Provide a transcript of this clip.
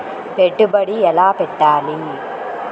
పెట్టుబడి ఎలా పెట్టాలి?